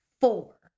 four